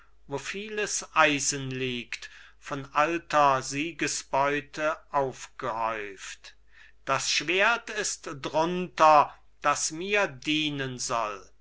wo vieles eisen liegt von alter siegesbeute aufgehäuft das schwert ist drunter das mir dienen soll